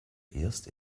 erst